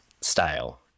style